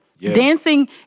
Dancing